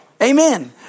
Amen